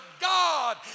God